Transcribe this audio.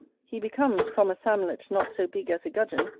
he becomes, from a samlet not so big as a gudgeon,